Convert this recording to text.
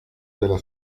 della